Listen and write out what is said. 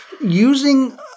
using